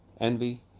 envy